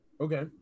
Okay